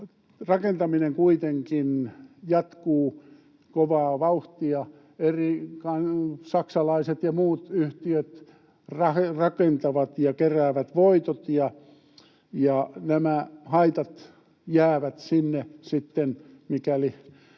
Rakentaminen kuitenkin jatkuu kovaa vauhtia. Saksalaiset ja muut yhtiöt rakentavat ja keräävät voitot, ja nämä haitat jäävät sinne sitten,